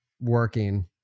working